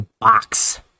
box